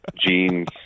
jeans